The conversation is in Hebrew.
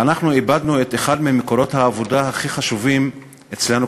ואנחנו איבדנו את אחד ממקורות העבודה הכי חשובים אצלנו,